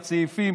הצעיפים,